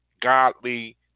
godly